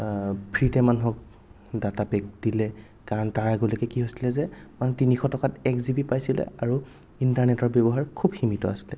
ফ্ৰীতে মানুহক data pack দিলে কাৰণ তাৰ আগলৈকে কি হৈছিল যে মানে তিনিশ টকাত এক জি বি পাইছিল আৰু ইন্টাৰনেটৰ ব্যৱহাৰ খুব সীমিত আছিল